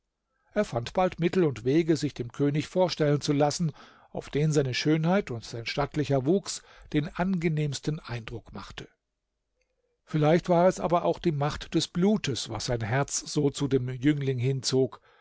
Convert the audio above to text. er fand bald mittel und wege sich dem könig vorstellen zu lassen auf den seine schönheit und sein stattlicher wuchs den angenehmsten eindruck machte vielleicht war es aber auch die macht des blutes was sein herz so zu dem jüngling hinzog